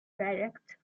direct